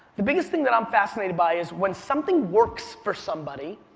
the biggest thing that i'm fascinated by is when something works for somebody,